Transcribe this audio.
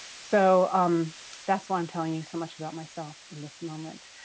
so um that's why i'm telling you so much about myself in this moment.